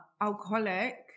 alcoholic